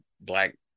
Black